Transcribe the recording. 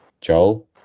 Joel